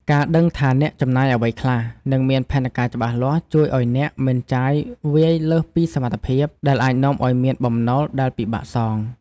ការដឹងថាអ្នកចំណាយអ្វីខ្លះ និងមានផែនការច្បាស់លាស់ ជួយឱ្យអ្នកមិនចាយវាយលើសពីសមត្ថភាព ដែលអាចនាំឱ្យមានបំណុលដែលពិបាកសង។